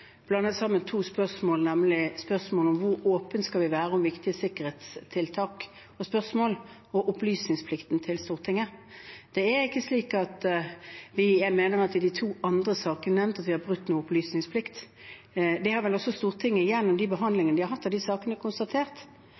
blander sammen to spørsmål, nemlig spørsmålet om hvor åpne vi skal være om viktige sikkerhetstiltak, og spørsmålet om opplysningsplikten overfor Stortinget. Jeg mener at vi i de to andre sakene som ble nevnt, ikke har brutt opplysningsplikten. Det har vel Stortinget også, gjennom den behandlingen de har hatt av de sakene, konstatert.